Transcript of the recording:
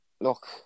look